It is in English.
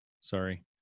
sorry